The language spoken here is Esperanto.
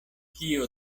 kio